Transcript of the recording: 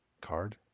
card